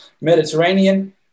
Mediterranean